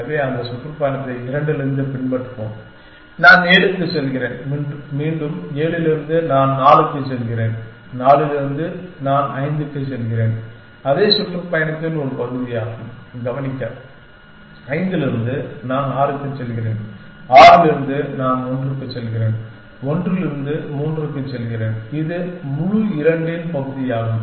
எனவே அந்த சுற்றுப்பயணத்தை 2 இலிருந்து பின்பற்றுவோம் நான் 7 க்கு செல்கிறேன் மீண்டும் 7 இலிருந்து நான் 4 க்கு செல்கிறேன் 4 இலிருந்து நான் 5 க்கு செல்கிறேன் அதே சுற்றுப்பயணத்தின் ஒரு பகுதியாகும் கவனிக்க 5 இலிருந்து நான் 6 க்கு செல்கிறேன் 6 இலிருந்து நான் 1 க்கு செல்கிறேன் 1 இலிருந்து 3 க்கு செல்கிறேன் இது முழு 2 இன் பகுதியாகும்